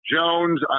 Jones